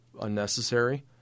unnecessary